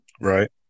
Right